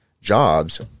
jobs